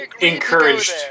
encouraged